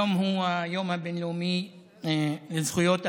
היום הוא היום הבין-לאומי לזכויות אדם.